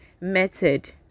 method